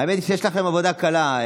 האמת היא שיש לכם עבודה קלה.